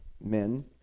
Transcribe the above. men